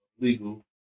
legal